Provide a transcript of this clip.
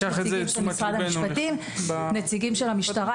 יש נציגים של משרד המשפטים ונציגים של המשטרה.